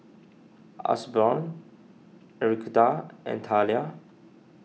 Osborne Enriqueta and Talia